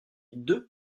deux